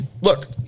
Look